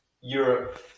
Europe